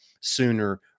sooner